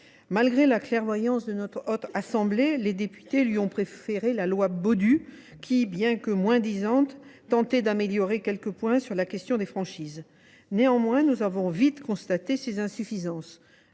Malgré la clairvoyance de notre Haute Assemblée, les députés lui ont préféré la loi Baudu, laquelle, bien que moins disante, tentait d’améliorer quelques points sur la question des franchises. Néanmoins, nous avons rapidement constaté ses insuffisances.